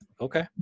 Okay